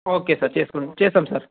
okay sir చేసుకుని చేస్తాం sir